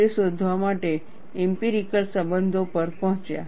તે શોધવા માટે ઇમ્પિરિકલ સંબંધો પર પહોંચ્યા